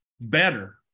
better